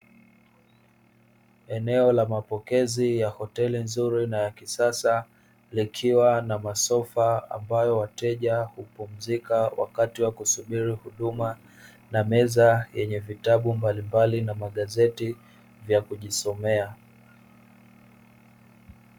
Eneo la mapokezi la hoteli nzurina ya kisasa likiwa na masofa ambayo wateja hupumzika wakati wa kusubiri huduma na meza yenye vitabu mbalimbali na magazeti ya kujisomea.